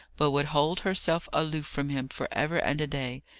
but would hold herself aloof from him for ever and a day,